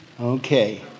okay